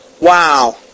Wow